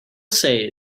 say